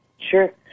Sure